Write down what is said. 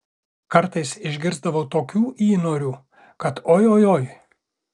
kartais išgirsdavau tokių įnorių kad oi oi oi